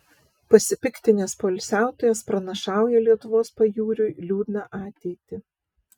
pasipiktinęs poilsiautojas pranašauja lietuvos pajūriui liūdną ateitį